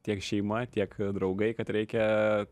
tiek šeima tiek ir draugai kad reikia